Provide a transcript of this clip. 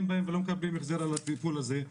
בהם ולא מקבלים החזר על הטיפול הזה.